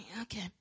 Okay